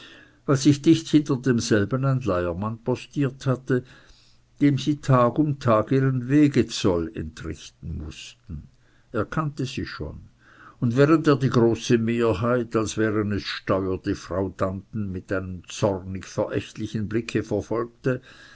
weil sich dicht hinter demselben ein leiermann postiert hatte dem sie tag um tag ihren wegezoll entrichten mußten er kannte sie schon und während er die große mehrheit als wären es steuerdefraudanten mit einem zornig verächtlichen blicke verfolgte